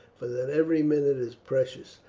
for that every minute is precious.